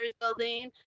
building